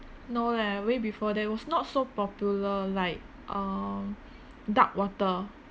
no leh way before that it was not so popular like um dark water